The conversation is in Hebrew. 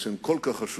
תמיכות שהן כל כך חשובות